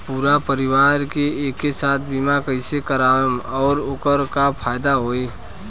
पूरा परिवार के एके साथे बीमा कईसे करवाएम और ओकर का फायदा होई?